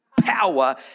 power